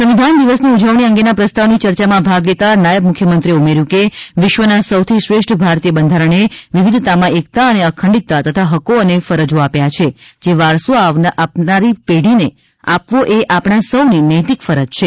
સંવિધાન દિવસની ઉજવણી અંગેના પ્રસ્તાવની ચર્ચામાં ભાગ લેતા નાયબ મુખ્યમંત્રીએ ઉમેર્યુ કે વિશ્વના સૌથી શ્રેષ્ઠ ભારતીય બંધારણે વિવિધતામાં એકતા અને અખંડિતતા તથા હક્કો અને ફરજો આપ્યા છે જે વારસો આપનારી પેઢીને આપવોએ આપણા સૌની નૈતિક ફરજ છે